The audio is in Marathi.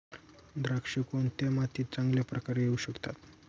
द्राक्षे कोणत्या मातीत चांगल्या प्रकारे येऊ शकतात?